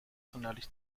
sonderlich